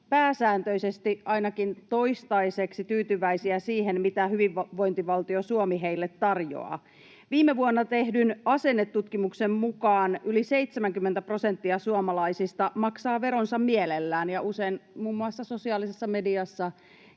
pääsääntöisesti ainakin toistaiseksi tyytyväisiä siihen, mitä hyvinvointivaltio Suomi heille tarjoaa. Viime vuonna tehdyn asennetutkimuksen mukaan yli 70 prosenttia suomalaisista maksaa veronsa mielellään, ja usein muun muassa sosiaalisessa mediassa